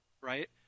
right